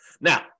Now